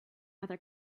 other